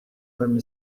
farmi